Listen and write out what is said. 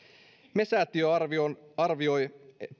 me säätiö arvioi arvioi